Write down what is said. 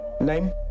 Name